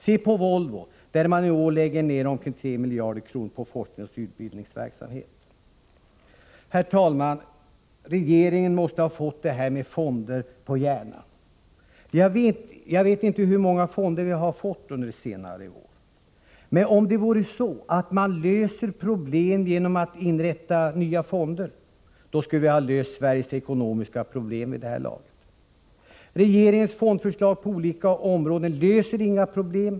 Se på Volvo, som i år lägger ner omkring 3 miljarder kronor på forskning och utbildningsverksamhet. Herr talman! Regeringen måste ha fått det här med fonder på hjärnan. Jag vet inte hur många fonder vi har fått under senare år. Men om det vore så att man löser problem genom att inrätta nya fonder, då skulle vi ha löst Sveriges ekonomiska problem vid det här laget. Regeringens fondförslag på olika områden löser inga problem.